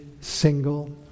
single